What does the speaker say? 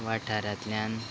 वाठारांतल्यान